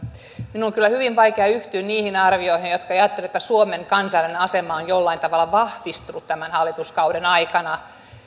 minun on kyllä hyvin vaikea yhtyä niihin arvioihin jotka väittävät että suomen kansainvälinen asema on jollain tavalla vahvistunut tämän hallituskauden aikana